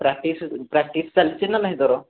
practice practice ଚାଲିଛି ନାଁ ନାହିଁ ତୋର